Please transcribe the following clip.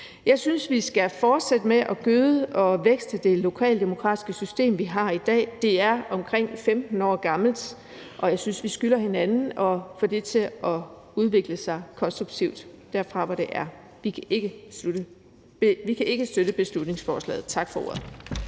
Jeg synes, at vi skal fortsætte med at gøde og vækste det lokaldemokratiske system, vi har i dag; det er omkring 15 år gammelt. Jeg synes, at vi skylder hinanden at få det til at udvikle sig konstruktivt derfra, hvor det er. Vi kan ikke støtte beslutningsforslaget. Tak for ordet.